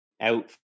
out